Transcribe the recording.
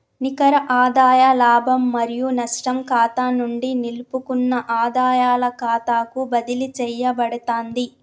నికర ఆదాయ లాభం మరియు నష్టం ఖాతా నుండి నిలుపుకున్న ఆదాయాల ఖాతాకు బదిలీ చేయబడతాంది